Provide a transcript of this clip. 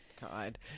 God